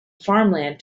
farmland